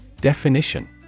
Definition